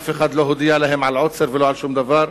אף אחד לא הודיע להם לא על עוצר ולא על שום דבר,